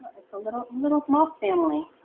it's a little little moth family.